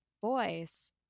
voice